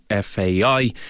FAI